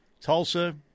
Tulsa –